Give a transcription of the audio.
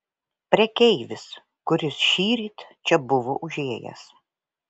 prekeivis kuris šįryt čia buvo užėjęs